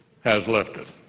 has lifted.